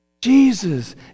Jesus